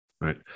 Right